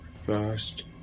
first